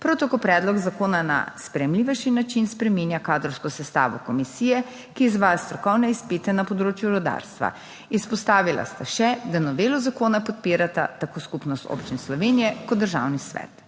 Prav tako predlog zakona na sprejemljivejši način spreminja kadrovsko sestavo komisije, ki izvaja strokovne izpite na področju rudarstva. Izpostavila sta še, da novelo zakona podpirata tako Skupnost občin Slovenije kot Državni svet.